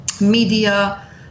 media